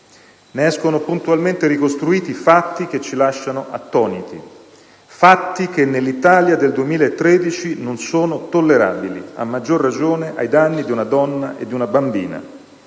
Ne escono puntualmente ricostruiti fatti che ci lasciano attoniti, fatti che nell'Italia del 2013 non sono tollerabili, a maggior ragione ai danni di una donna e di una bambina.